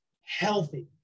healthy